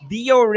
Dio